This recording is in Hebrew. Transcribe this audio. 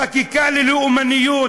חקיקה ללאומנות,